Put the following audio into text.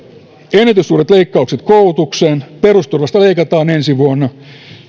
ennätyssuuret leikkaukset koulutukseen perusturvasta leikataan ensi vuonna